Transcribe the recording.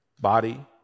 body